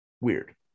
weird